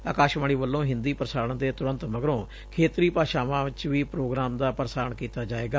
ਅਕਾਸ਼ਵਾਣੀ ਵੱਲੋ' ਹਿੰਦੀ ਪ੍ਰਸਾਰਣ ਦੇ ਤੁਰੰਤ ਮਗਰੋਂ ਖੇਤਰੀ ਭਾਸ਼ਾਵਾਂ ਚ ਵੀ ਪ੍ਰੋਗਰਾਮ ਦਾ ਪ੍ਰਸਾਰਣ ਕੀਤਾ ਜਾਵੇਗਾ